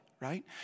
right